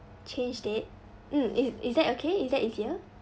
change date mm is is that okay is that easier